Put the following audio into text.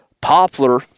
poplar